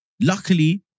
Luckily